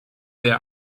their